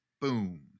Boom